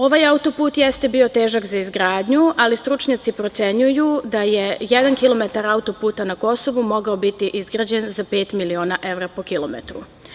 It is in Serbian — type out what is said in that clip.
Ovaj auto-put jeste bio težak za izgradnju, ali stručnjaci procenjuju da je jedan kilometar auto-puta na Kosovu mogao biti izgrađen za pet miliona evra po kilometru.